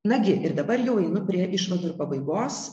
nagi ir dabar jau einu prie išvadų ir pabaigos